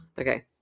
Okay